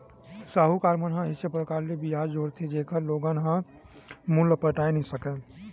साहूकार मन ह अइसे परकार ले बियाज जोरथे के लोगन ह मूल ल पटाए नइ सकय